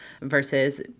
versus